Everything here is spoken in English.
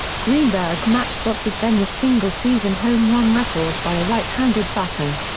greenberg matched what was then the single-season home run record by a right-handed batter,